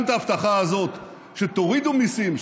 גם את ההבטחה הזאת שתורידו מיסים,